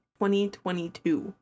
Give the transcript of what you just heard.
2022